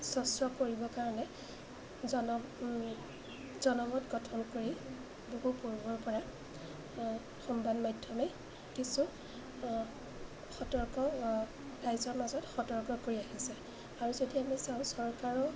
স্বচ্ছ কৰিবৰ কাৰণে জন জনমত গঠন কৰি বহু পূৰ্বৰপৰাই সংবাদ মাধ্যমে কিছু সতৰ্ক ৰাইজৰ মাজত সতৰ্ক কৰি আহিছে আৰু যদি আমি চাওঁ চৰকাৰেও